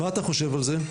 מה אתה חושב על זה?